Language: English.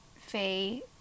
Faye